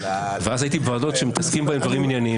ואז הייתי בוועדות שמתעסקים בהם דברים עניינים,